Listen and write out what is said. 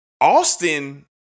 Austin